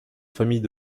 famille